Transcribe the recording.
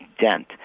dent